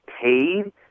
paid